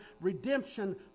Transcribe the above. redemption